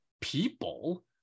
people